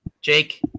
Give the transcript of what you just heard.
Jake